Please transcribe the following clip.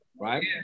right